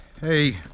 Hey